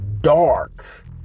dark